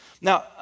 Now